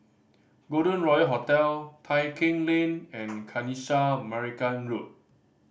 Golden Royal Hotel Tai Keng Lane and Kanisha Marican Road